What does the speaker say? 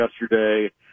yesterday